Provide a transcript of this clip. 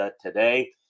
today